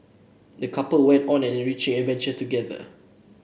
the couple went on an enriching adventure together